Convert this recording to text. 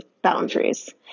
boundaries